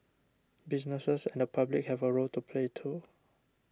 businesses and the public have a role to play too